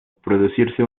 producirse